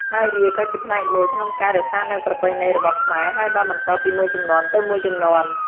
ហើយវាក៏ជាផ្នែកមួយក្នុងការ រក្សានូវប្រពៃណីរបស់ខ្មែរ ហើយបានបន្តពីមួយជំនាន់ទៅមួយជំនាន់។